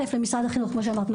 למשרד החינוך כמו שאמרת,